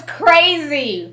crazy